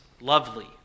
lovely